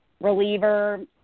Reliever